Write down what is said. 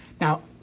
Now